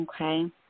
okay